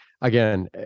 again